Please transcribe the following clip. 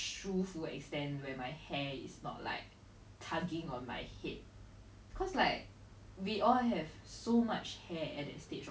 orh like first you start off with like the small things like first you fap then you fantasize about being with this girl then eventually you will move on to rape her or something